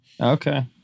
Okay